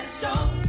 show